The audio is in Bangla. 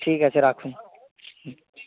ঠিক আছে রাখুন হুম